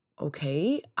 okay